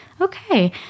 Okay